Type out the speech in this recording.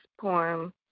poem